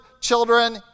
children